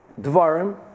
dvarim